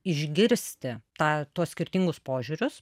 išgirsti tą tuos skirtingus požiūrius